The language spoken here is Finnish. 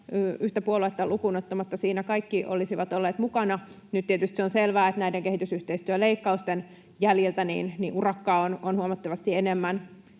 Yhtä puoluetta lukuun ottamatta siinä kaikki olisivat olleet mukana. Nyt tietysti on selvää, että näiden kehitysyhteistyöleikkausten jäljiltä urakkaa on huomattavasti enemmän.